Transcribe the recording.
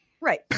Right